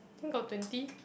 think got twenty